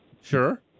Sure